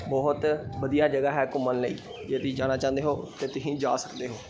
ਬਹੁਤ ਵਧੀਆ ਜਗ੍ਹਾ ਹੈ ਘੁੰਮਣ ਲਈ ਜੇ ਤੁਸੀਂ ਜਾਣਾ ਚਾਹੁੰਦੇ ਹੋ ਤਾਂ ਤੁਸੀਂ ਜਾ ਸਕਦੇ ਹੋ